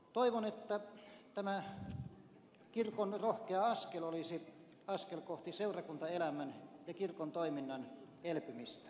toivon että tämä kirkon rohkea askel olisi askel kohti seurakuntaelämän ja kirkon toiminnan elpymistä